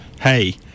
hey